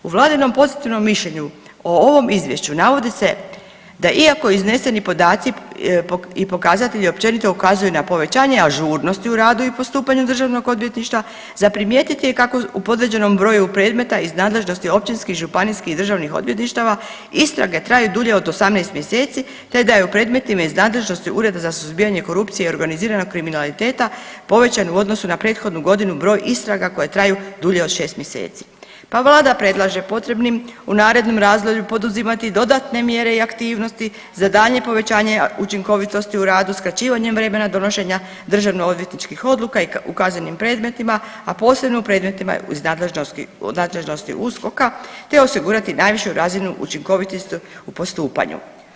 U vladinom pozitivnom mišljenju o ovom izvješću navodi se da iako izneseni podaci i pokazatelji općenito ukazuju na povećanje ažurnosti u radu i postupanju državnog odvjetništva za primijetit je kako u podređenom broju predmeta iz nadležnosti općinskim, županijskih i državnih odvjetništava istrage traju dulje od 18 mjeseci, te da je u predmetima iz nadležnosti USKOK-a povećan u odnosu na prethodnu godinu broj istraga koje traju dulje od 6 mjeseci, pa vlada predlaže potrebnim u narednom razdoblju poduzimati dodatne mjere i aktivnosti za daljnje povećanje učinkovitosti u radu skraćivanjem vremena donošenja državno odvjetničkih odluka u kaznenim predmetima, a posebno u predmetima iz nadležnosti USKOK-a, te osigurati najvišu razinu učinkovitosti u postupanju.